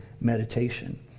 meditation